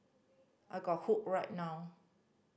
I got hooked right now